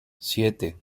siete